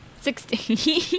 Sixty